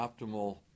optimal